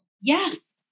Yes